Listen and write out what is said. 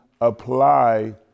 apply